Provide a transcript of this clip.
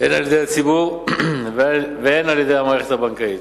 הן על-ידי הציבור והן על-ידי המערכת הבנקאית.